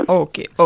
okay